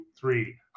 three